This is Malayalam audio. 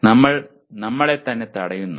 നമ്മൾ നമ്മളെത്തന്നെ തടയുന്നു